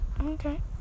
okay